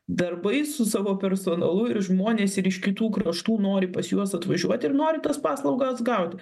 darbais su savo personalu ir žmonės ir iš kitų kraštų nori pas juos atvažiuoti ir nori tas paslaugas gauti